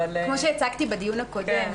אבל --- כמו שהצגתי בדיון הקודם,